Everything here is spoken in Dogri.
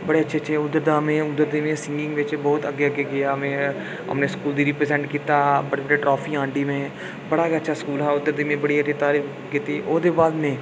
बड़े अच्छे अच्छे उद्धर दा सींगिंग बिच्च बहुत अग्गै अग्गै गेआ में अपने स्कूल गी रिप्रजैंट कीता बड़े बार ट्राफी आंह्दी में बड़ा गै अच्छा स्कूल हा उद्धर दी में बड़ी हारी तारिफ कीती ओह्दे बाद में